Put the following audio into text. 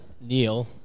Neil